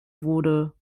wurde